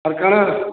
କାଣା